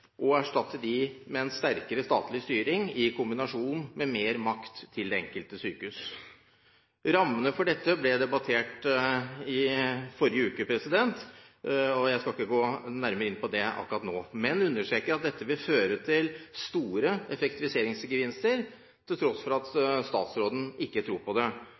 og erstatte dem med en sterkere statlig styring i kombinasjon med mer makt til det enkelte sykehus. Rammene for dette ble debattert i forrige uke. Jeg skal ikke gå nærmere inn på det akkurat nå, men understreke at dette vil føre til store effektiviseringsgevinster, til tross for at statsråden ikke tror på det.